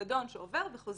פיקדון שעובר וחוזר.